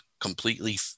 completely